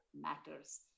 matters